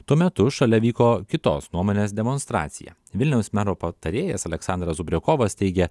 tuo metu šalia vyko kitos nuomonės demonstracija vilniaus mero patarėjas aleksandras zubriokovas teigia